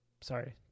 Sorry